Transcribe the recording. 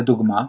לדוגמה,